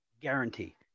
guarantee